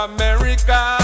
America